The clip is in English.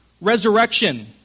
resurrection